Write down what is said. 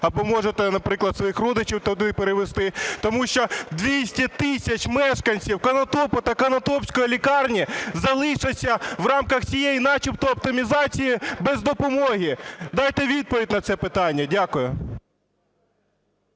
або можете, наприклад, своїх родичів туди перевезти. Тому що 200 тисяч мешканців Конотопу та конотопської лікарні залишаться в рамках цієї, начебто, оптимізації без допомоги. Дайте відповідь на це питання. Дякую.